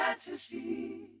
fantasy